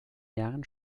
jahren